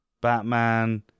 Batman